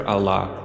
Allah